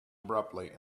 abruptly